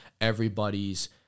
everybody's